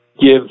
give